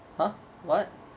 ha what